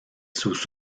sus